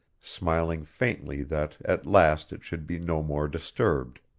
smiling faintly that at last it should be no more disturbed.